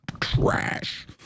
trash